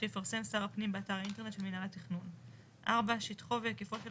שיפרסם שר הפנים באתר האינטרנט של מינהל התכנון; (4) שטחו והיקפו של